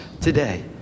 today